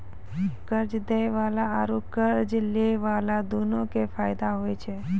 कर्जा दै बाला आरू कर्जा लै बाला दुनू के फायदा होय छै